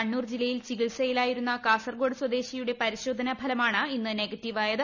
കണ്ണൂർ ജില്ലയിൽ ചികിത്സയിലായിരുന്ന കാസർഗോഡ് സ്വദേശിയുടെ പരിശോധനാഫലമാണ് ഇന്ന് നെഗറ്റീവായത്